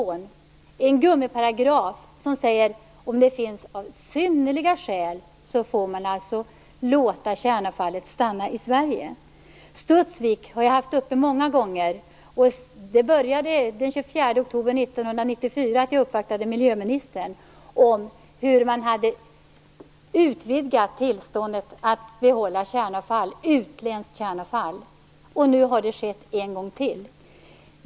Det finns en gummiparagraf enligt vilken man får låta kärnavfallet stanna i Sverige som det finns synnerliga skäl. Frågan om Studsvik har jag haft uppe många gånger. Det började den 24 oktober 1994 med att jag uppvaktade miljöministern om hur man hade utvidgat tillståndet att behålla utländskt kärnavfall. Nu har det skett en gång till.